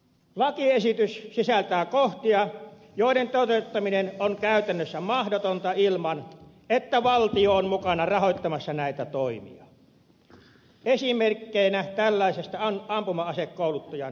lakiesitys sisältää kohtia joiden toteuttaminen on käytännössä mahdotonta ilman että valtio on mukana rahoittamassa näitä toimia esimerkkinä tällaisesta ampuma asekouluttajan vaatiminen